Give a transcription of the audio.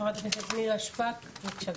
חברת הכנסת נירה שפק, בבקשה.